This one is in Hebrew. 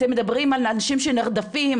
אתם מדברים על אנשים שנרדפים,